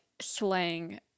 slang